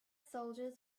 soldiers